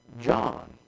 john